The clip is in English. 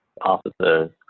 officers